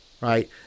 Right